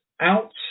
out